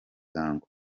bwangu